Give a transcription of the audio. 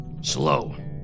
Slow